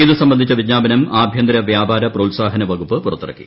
ഇതു സംബന്ധിച്ച വിജ്ഞാപനം ആഭ്യന്തര വ്യാപാര പ്രോത്സാഹന വകുപ്പ് പുറത്തിറക്കി